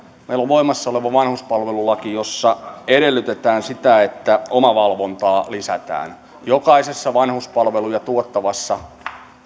meillä on voimassa oleva vanhuspalvelulaki jossa edellytetään sitä että omavalvontaa lisätään jokaisessa vanhuspalveluja tuottavassa